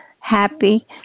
happy